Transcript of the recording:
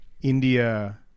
India